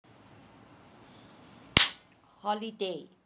holiday